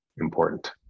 important